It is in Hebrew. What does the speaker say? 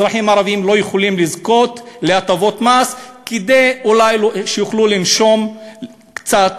אזרחים ערבים לא יכולים לזכות להטבות מס כדי אולי שיוכלו לנשום קצת.